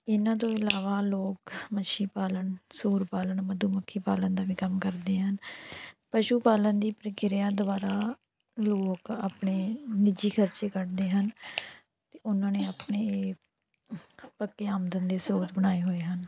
ਇਹਨਾਂ ਤੋਂ ਇਲਾਵਾ ਲੋਕ ਮੱਛੀ ਪਾਲਣ ਸੂਰ ਪਾਲਣ ਮਧੂ ਮੱਖੀ ਪਾਲਣ ਦਾ ਵੀ ਕੰਮ ਕਰਦੇ ਹਨ ਪਸ਼ੂ ਪਾਲਣ ਦੀ ਪ੍ਰਕਿਰਿਆ ਦੁਆਰਾ ਲੋਕ ਆਪਣੇ ਨਿੱਜੀ ਖਰਚੇ ਕੱਢਦੇ ਹਨ ਅਤੇ ਉਹਨਾਂ ਨੇ ਆਪਣੇ ਪੱਕੇ ਆਮਦਨ ਦੇ ਸਰੋਤ ਬਣਾਏ ਹੋਏ ਹਨ